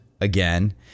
again